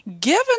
Given